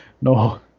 no